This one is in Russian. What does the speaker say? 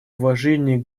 уважении